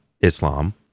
Islam